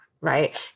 right